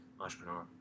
entrepreneur